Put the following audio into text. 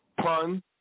Pun